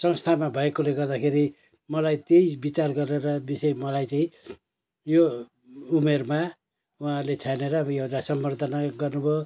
संस्थामा भएकोले गर्दाखेरि मलाई त्यही बिचार गरेर बिषय मलाई चाहिँ यो उमेरमा उहाँहरूले छानेर ऊ यो एउटा सम्बर्द्धना गर्नुभयो